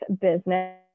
business